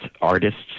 artists